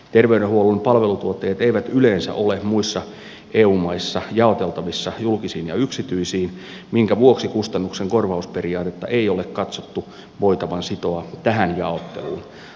terveydenhuollon palveluntuottajat eivät yleensä ole muissa eu maissa jaoteltavissa julkisiin ja yksityisiin minkä vuoksi kustannuksen korvausperiaatetta ei ole katsottu voitavan sitoa tähän jaotteluun